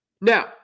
Now